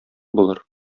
булыр